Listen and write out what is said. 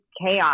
chaos